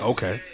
Okay